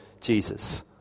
Jesus